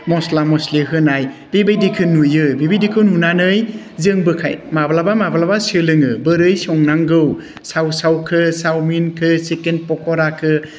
मस्ला मस्लि होनाय बेबायदिखौ नुयो बेबायदिखौ नुनानै जोंबोखाय माब्लाबा माब्लाबा सोलोङो बोरै संनांगौ साव सावखौ साउमिनखौ सिकेन पकराखौ